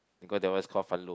because they always confront you